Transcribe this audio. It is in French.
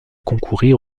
concourir